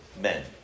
men